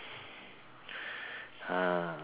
ah